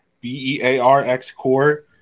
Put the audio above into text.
B-E-A-R-X-Core